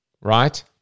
right